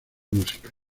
música